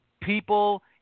people